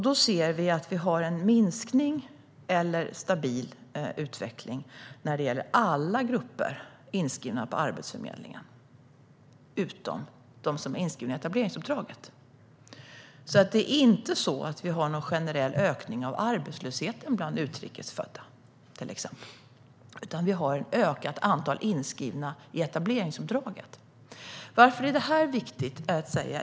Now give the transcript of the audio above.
Vi ser att vi har en minskning eller en stabil utveckling när det gäller alla grupper som är inskrivna på Arbetsförmedlingen utom dem som är inskrivna i etableringsuppdraget. Det är alltså inte så att vi har någon generell ökning av arbetslösheten bland till exempel utrikes födda, utan vi har ett ökat antal inskrivna i etableringsuppdraget. Varför är då detta viktigt att säga?